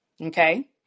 Okay